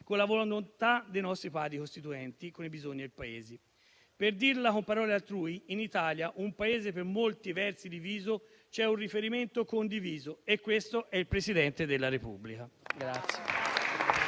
con la volontà dei nostri Padri costituenti e con i bisogni del Paese. Per dirla con parole altrui, in Italia, un Paese per molti versi diviso, c'è un riferimento condiviso e questo è il Presidente della Repubblica.